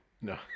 No